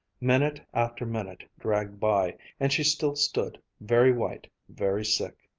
minute after minute dragged by, and she still stood, very white, very sick.